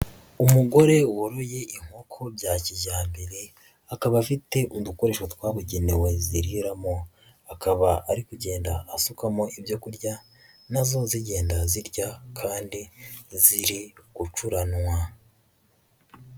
Umugore woroye inkoko bya kijyambere akaba afite udukoresho twabugenewe ziriramo, akaba ari kugenda asukamo ibyo kurya na zo zigenda zirya kandi iziri gucuranwa.